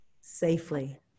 Safely